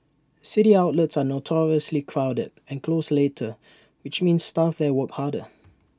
city outlets are notoriously crowded and close later which means staff there work harder